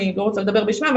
אני לא רוצה לדבר בשמם,